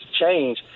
change